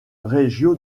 reggio